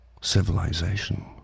civilization